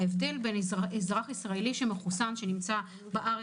ההבדל בין אזרח ישראלי מחוסן שנמצא בארץ,